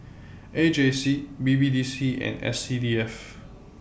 A J C B B D C and S C D F